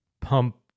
pump